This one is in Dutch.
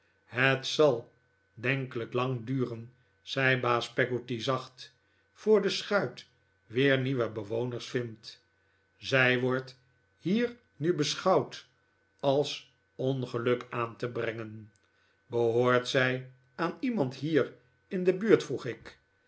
het zal denkelijk lang duren zei baas peggotty zacht voor de schuit weer nieuwe bewoners vindt zij wordt hier nu beschouwd als ongeluk aan te brengen behoort zij aan iemand hier in de buurt vroeg ik